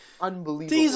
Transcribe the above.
unbelievable